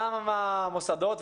גם המוסדות,